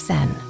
Zen